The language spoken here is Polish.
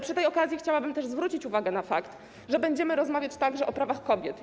Przy tej okazji chciałabym zwrócić uwagę na fakt, że będziemy rozmawiać także o prawach kobiet.